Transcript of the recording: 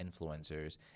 influencers